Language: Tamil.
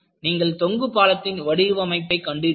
நீங்கள் தொங்கு பாலத்தின் வடிவமைப்பை கண்டிருப்பீர்கள்